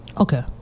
Okay